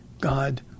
God